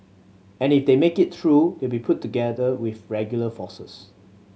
and if they make it through they'll be put with regular forces